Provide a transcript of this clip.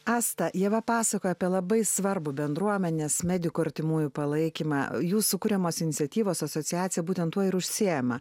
asta ieva pasakojo apie labai svarbu bendruomenės medikų artimųjų palaikymą jų sukuriamos iniciatyvos asociacija būtent tuo ir užsiima